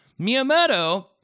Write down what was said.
Miyamoto